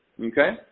Okay